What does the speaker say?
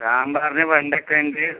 സാമ്പാറിന് വെണ്ടക്ക ഉണ്ട്